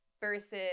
versus